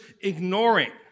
ignoring